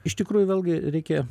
iš tikrųjų vėlgi reikia